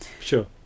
Sure